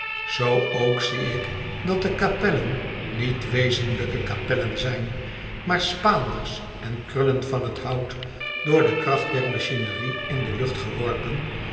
zoo ook zie ik dat de kapellen niet wezenlijke kapellen zijn maar spaanders en krullen van t hout door de kracht der machinerie in de lucht geworpen